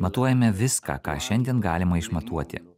matuojame viską ką šiandien galima išmatuoti